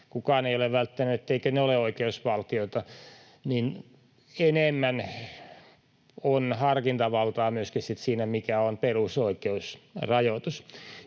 kukaan ei ole väittänyt, etteivätkö ne ole oikeusvaltioita — on enemmän harkintavaltaa myöskin siinä, mikä on perusoikeusrajoitus.